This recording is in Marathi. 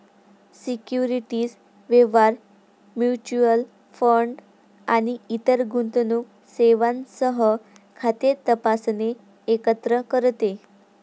सिक्युरिटीज व्यवहार, म्युच्युअल फंड आणि इतर गुंतवणूक सेवांसह खाते तपासणे एकत्र करते